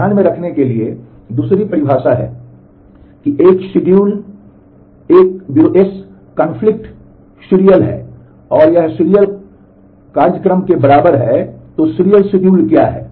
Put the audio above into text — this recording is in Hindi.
ध्यान में रखने के लिए दूसरी परिभाषा है एक शिड्यूल क्या है